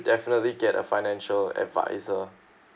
definitely get a financial advisor